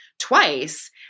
twice